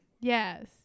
Yes